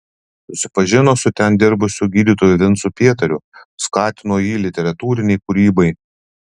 susipažino su ten dirbusiu gydytoju vincu pietariu skatino jį literatūrinei kūrybai